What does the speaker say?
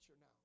now